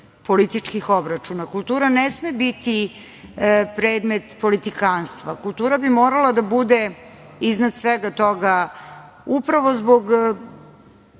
političkih obračuna. Kultura ne sme biti predmet politikanstva. Kultura bi morala da bude iznad svega toga upravo zbog